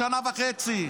שנה וחצי,